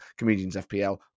ComediansFPL